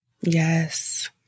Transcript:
Yes